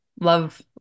Love